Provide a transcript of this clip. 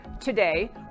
Today